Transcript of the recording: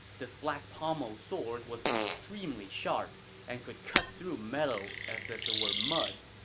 this black pommel sword was extremely sharp and could cut through metal as if it were mud.